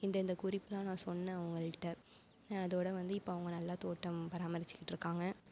இந்த இந்த குறிப்புலாம் நான் சொன்ன அவங்கள்கிட்ட அதோட வந்து இப்போ அவங்க நல்லா தோட்டம் பராமரிச்சிட்யிருக்காங்க